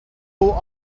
all